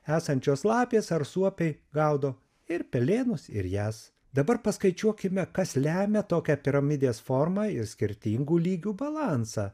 esančios lapės ar suopiai gaudo ir pelėnus ir jas dabar paskaičiuokime kas lemia tokią piramidės formą ir skirtingų lygių balansą